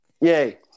Yay